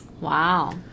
Wow